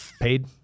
paid